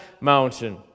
mountain